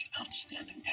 outstanding